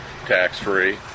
tax-free